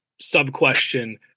sub-question